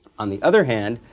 on the other hand,